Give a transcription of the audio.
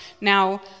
Now